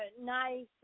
nice